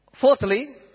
Fourthly